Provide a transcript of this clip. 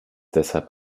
deshalb